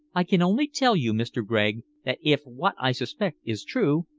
i can only tell you, mr. gregg, that if what i suspect is true,